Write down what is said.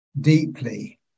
deeply